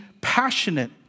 passionate